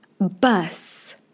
Bus